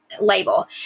label